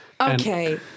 Okay